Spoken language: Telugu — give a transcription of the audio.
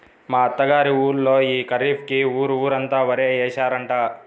మా అత్త గారి ఊళ్ళో యీ ఖరీఫ్ కి ఊరు ఊరంతా వరే యేశారంట